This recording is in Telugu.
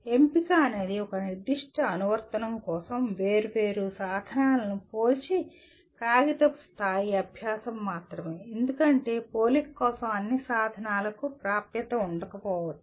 ఎంపిక అనేది ఒక నిర్దిష్ట అనువర్తనం కోసం వేర్వేరు సాధనాలను పోల్చిన కాగితపు స్థాయి అబ్యాసం మాత్రమే ఎందుకంటే పోలిక కోసం అన్ని సాధనాలకు ప్రాప్యత ఉండకపోవచ్చు